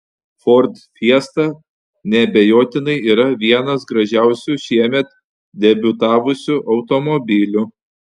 ford fiesta neabejotinai yra vienas gražiausių šiemet debiutavusių automobilių